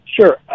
Sure